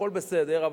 הכול בסדר,